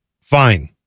Fine